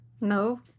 No